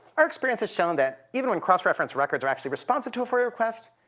our experience has shown that even when cross-reference records are actually responsive to a foia request,